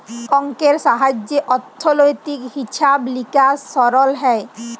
অংকের সাহায্যে অথ্থলৈতিক হিছাব লিকাস সরল হ্যয়